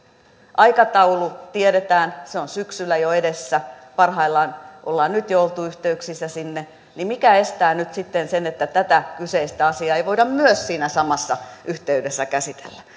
aikataulu tiedetään se on syksyllä jo edessä kun parhaillaan ollaan nyt jo oltu yhteyksissä sinne niin mikä estää nyt sitten sen että myös tätä kyseistä asiaa ei voida siinä samassa yhteydessä käsitellä